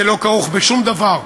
זה לא כרוך בשום דבר.